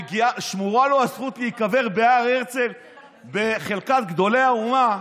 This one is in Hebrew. שמורה לו הזכות להיקבר בהר הרצל בחלקת גדולי האומה,